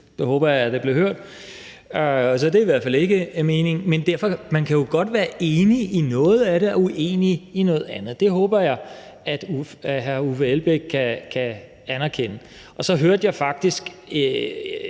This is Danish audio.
det håber jeg da blev hørt – så det er i hvert fald ikke meningen. Men man kan jo godt være enig i noget af det og uenig i noget andet. Det håber jeg at hr. Uffe Elbæk kan anerkende. Og så hørte jeg faktisk